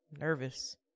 Nervous